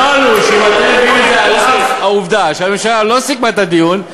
אני אומר לך שהממשלה לא סיכמה את הדיון.